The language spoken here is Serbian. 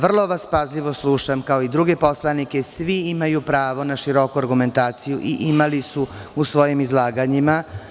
Vrlo vas pažljivo slušam, kao i druge poslanike i svi imaju pravo na široku argumentaciju i imali su je u svojim izlaganjima.